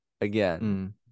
again